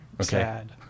Sad